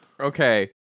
Okay